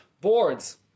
boards